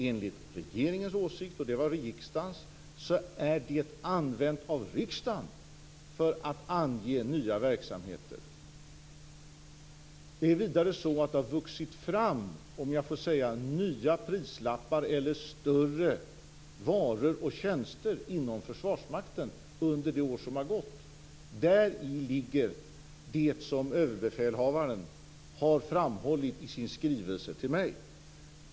Enligt regeringens åsikt, och det var också riksdagens, är det använt av riksdagen för att ange nya verksamheter. Det är vidare så att det har vuxit fram nya prislappar eller större varor och tjänster inom Försvarsmakten under det år som har gått. Däri ligger det som överbefälhavaren har framhållit i sin skrivelse till mig.